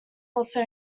also